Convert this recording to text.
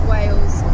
Wales